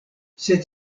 sed